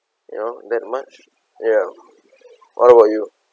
you know that much ya what about you